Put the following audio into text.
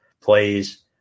plays